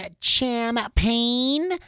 champagne